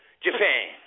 Japan